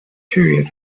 period